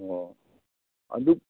ꯑꯣ ꯑꯗꯨ